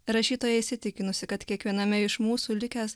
rašytoja įsitikinusi kad kiekviename iš mūsų likęs